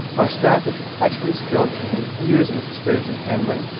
our staff is expertly skilled and has years of experience in handling,